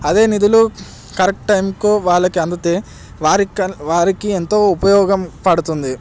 అదే నిధులు కరెక్ట్ టైంకు వాళ్ళకి అందితే వారికి వారికి ఎంతో ఉపయోగం పడుతుంది